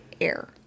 air